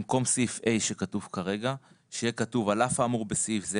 במקום סעיף (ה) שכתוב כרגע שיהיה כתוב: על אף האמור בסעיף זה,